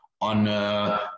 on